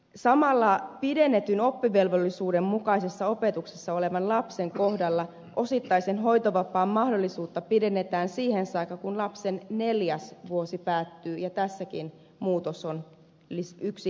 samalla pidennetyn oppivelvollisuuden mukaisessa opetuksessa olevan lapsen kohdalla osittaisen hoitovapaan mahdollisuutta pidennetään siihen saakka kun lapsen neljäs vuosi päättyy ja tässäkin muutos on yksi lisävuosi